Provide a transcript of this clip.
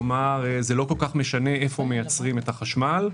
כלומר לא כל כך משנה איפה מייצרים את החשמל,